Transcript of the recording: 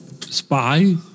Spy